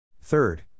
Third